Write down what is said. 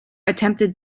attempted